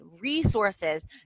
resources